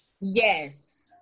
Yes